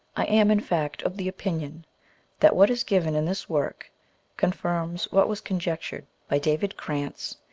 i am, in fact, of the opinion that what is given in this work confirms what was conjectured by david crantz,